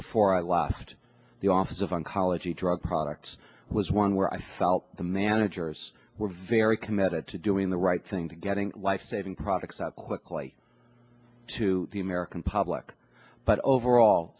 before i left the office of oncology drug products was one where i felt the managers were very committed to doing the right thing to getting lifesaving products out quickly to the american public but overall